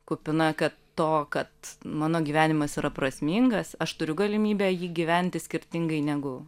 kupina kad to kad mano gyvenimas yra prasmingas aš turiu galimybę jį gyventi skirtingai negu